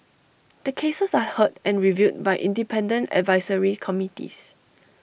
the cases are heard and reviewed by independent advisory committees